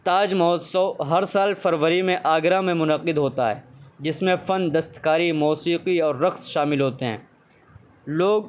تاج مہوتسو ہر سال فروری میں آگرہ میں منعقد ہوتا ہے جس میں فن دستکاری موسیقی اور رقص شامل ہوتے ہیں لوک